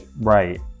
Right